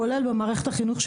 כולל במערכת החינוך,